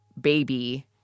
baby